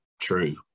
true